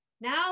Now